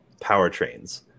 powertrains